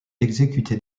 exécuter